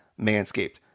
Manscaped